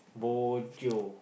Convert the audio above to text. bo jio